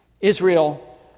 Israel